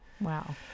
Wow